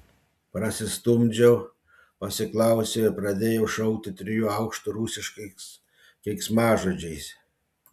prasistumdžiau pasiklausiau ir pradėjau šaukti trijų aukštų rusiškais keiksmažodžiais